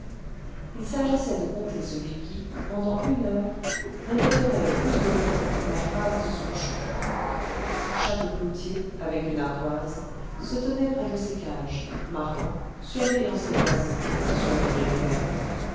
il s'agissait de compter celui qui pendant une heure répéterait le plus de fois la phrase de son chant chaque cloutier avec une ardoise se tenait près de ses cages marquant surveillant ses voisins surveillé lui-même